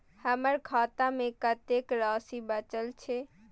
हमर खाता में कतेक राशि बचल छे?